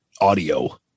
audio